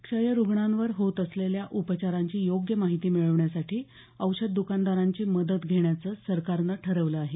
क्षय रुग्णांवर होत असलेल्या उपचारांची योग्य माहिती मिळवण्यासाठी औषध दुकानदारांची मदत घेण्याचं सरकारनं ठरवलं आहे